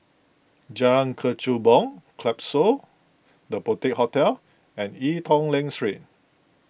Jalan Kechubong Klapsons the Boutique Hotel and Ee Teow Leng street